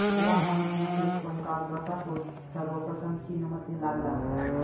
तुला माहित नसेल पण कागदाचा शोध सर्वप्रथम चीनमध्ये लागला